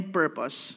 purpose